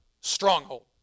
Stronghold